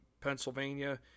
Pennsylvania